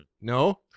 No